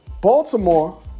Baltimore